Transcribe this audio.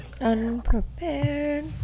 Unprepared